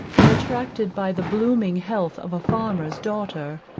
and, attracted by the blooming health of a farmer's daughter,